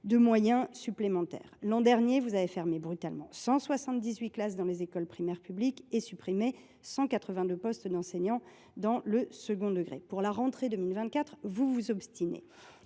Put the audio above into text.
de moyens supplémentaires. L’an dernier, vous avez fermé brutalement 178 classes dans les écoles primaires publiques et supprimé 182 postes d’enseignants dans le second degré. Pour la rentrée 2024, vous vous obstinez.